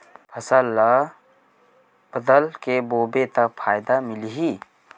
फसल ल बदल के बोबो त फ़ायदा मिलही?